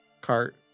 Cart